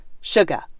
sugar